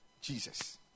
Jesus